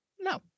No